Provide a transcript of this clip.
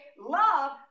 Love